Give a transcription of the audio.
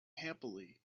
happily